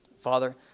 Father